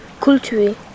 culture